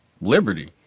liberty